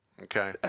Okay